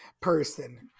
person